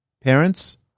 parents